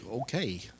okay